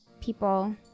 people